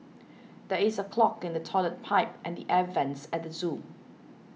there is a clog in the Toilet Pipe and the Air Vents at the zoo